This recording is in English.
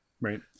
right